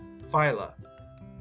phyla